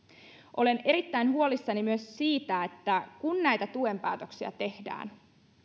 olen erittäin huolissani myös siitä että kun näitä tuen päätöksiä tehdään